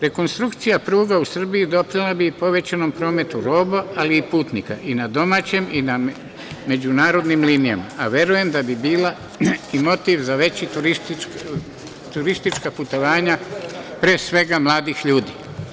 Rekonstrukcija pruga u Srbiji doprinela bi povećanom prometu roba, ali i putnika i na domaćim i na međunarodnim linijama, a verujem da bi bila i motiv za veća turistička putovanja pre svega mladih ljudi.